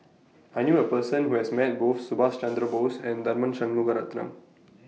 I knew A Person Who has Met Both Subhas Chandra Bose and Tharman Shanmugaratnam